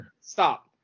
stop